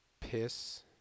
Piss